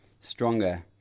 stronger